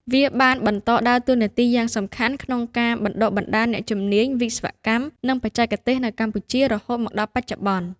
វាបានបន្តដើរតួនាទីយ៉ាងសំខាន់ក្នុងការបណ្តុះបណ្តាលអ្នកជំនាញវិស្វកម្ម និងបច្ចេកទេសនៅកម្ពុជា រហូតមកដល់បច្ចុប្បន្ន។